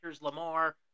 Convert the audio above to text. Lamar